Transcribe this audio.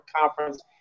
Conference